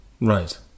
Right